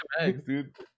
dude